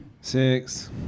Six